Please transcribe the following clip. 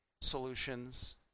solutions